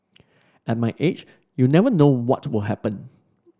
at my age you never know what will happen